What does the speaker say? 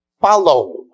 follow